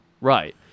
Right